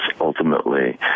ultimately